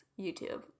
YouTube